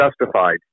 justified